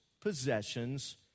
possessions